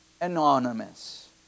anonymous